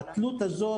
התלות הזאת,